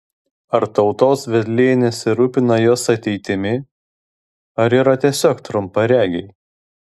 ar tautos vedliai nesirūpina jos ateitimi ar yra tiesiog trumparegiai